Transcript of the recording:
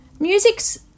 Music's